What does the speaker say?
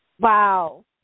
Wow